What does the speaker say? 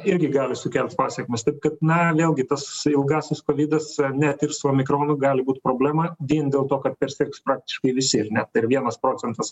irgi gali sukelt pasekmes taip kad na vėlgi tas ilgasis kovidas net ir su omikronu gali būt problema vien dėl to kad persirgs praktiškai visi ir net ir vienas procentas